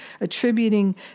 Attributing